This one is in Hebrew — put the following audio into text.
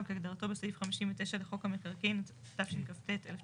כהגדרתו בסעיף 59 לחוק המקרקעין התשכ"ט-1969,